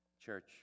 Church